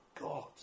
God